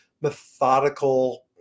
methodical